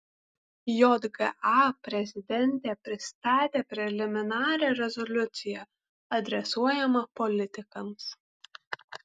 jga prezidentė pristatė preliminarią rezoliuciją adresuojamą politikams